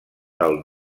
del